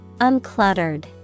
Uncluttered